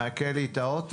הוא מעקל לי את האוטו,